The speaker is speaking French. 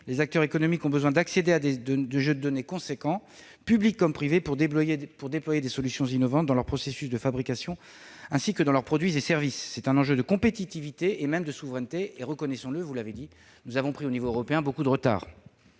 Les acteurs économiques ont besoin de pouvoir accéder à des jeux de données importants, publics comme privés, pour déployer des solutions innovantes dans leurs processus de fabrication, ainsi que dans leurs produits et services. C'est un enjeu de compétitivité, et même de souveraineté. Cela a été dit, nous avons pris en la matière beaucoup de retard